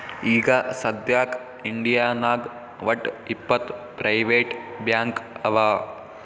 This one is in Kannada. ಈಗ ಸದ್ಯಾಕ್ ಇಂಡಿಯಾನಾಗ್ ವಟ್ಟ್ ಇಪ್ಪತ್ ಪ್ರೈವೇಟ್ ಬ್ಯಾಂಕ್ ಅವಾ